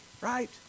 right